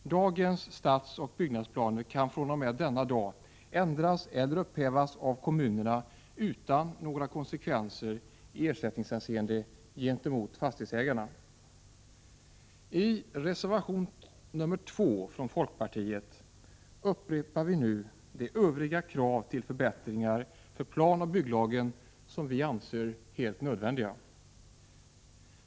Dagens stadsoch byggnadsplaner kan fr.o.m. denna dag ändras eller upphävas av kommunerna utan några konsekvenser i ersättningshänseende gentemot fastighetsägarna. I reservation nr 2 från folkpartiet upprepar vi nu de övriga krav på förbättringar av planoch bygglagen som vi anser helt nödvändiga.